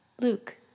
Luke